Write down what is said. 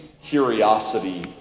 curiosity